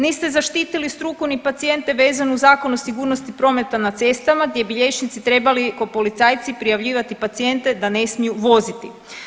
Niste zaštiti struku ni pacijente vezano uz Zakon o sigurnosti prometa na cestama gdje bi liječnici trebali ko policajci prijavljivati pacijente da ne smiju voziti.